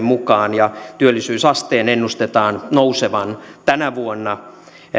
mukaan työllisyysasteen ennustetaan nousevan tänä vuonna